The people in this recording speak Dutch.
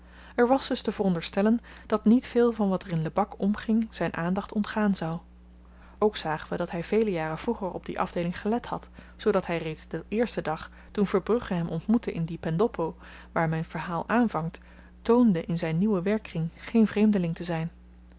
er was dus te veronderstellen dat niet veel van wat er in lebak omging zyn aandacht ontgaan zou ook zagen we dat hy vele jaren vroeger op die afdeeling gelet had zoodat hy reeds den eersten dag toen verbrugge hem ontmoette in de pendoppo waar myn verhaal aanvangt toonde in zyn nieuwen werkkring geen vreemdeling te zyn